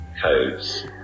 codes